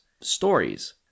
stories